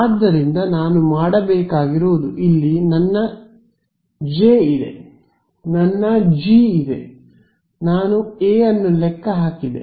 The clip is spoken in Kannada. ಆದ್ದರಿಂದ ನಾನು ಮಾಡಬೇಕಾಗಿರುವುದು ಇಲ್ಲಿ ನನ್ನ ಜೆ ಇದೆ ನನ್ನ ಜಿ ಇದೆ ನಾನು ಎ ಅನ್ನು ಲೆಕ್ಕ ಹಾಕಿದೆ